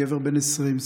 גבר בן 20,